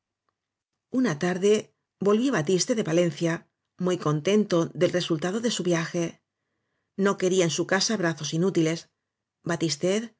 una tarde volvía batiste cle valencia muy contento del resultado de su viaje no quería en su casa brazos inútiles batistet